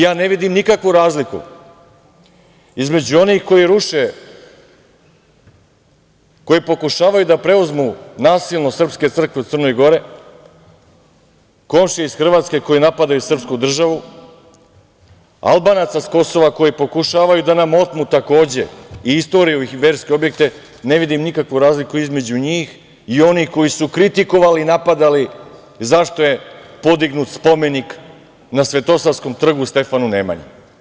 Ja ne vidim nikakvu razliku između onih koji ruše, koji pokušavaju da preuzmu nasilno srpske crkve u Crnoj Gori, komšije iz Hrvatske koji napadaju srpsku državu, Albanaca sa Kosova koji pokušavaju da nam otmu takođe i istoriju i verske objekte, ne vidim nikakvu razliku između njih i onih koji su kritikovali i napadali zašto je podignut spomenik na Svetosavskom trgu Stefanu Nemanji.